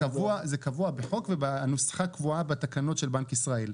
זה קבוע בחוק והנוסחה קבועה בתקנות של בנק ישראל.